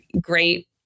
great